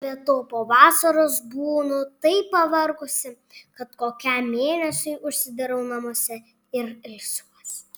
be to po vasaros būnu taip pavargusi kad kokiam mėnesiui užsidarau namuose ir ilsiuosi